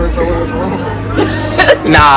Nah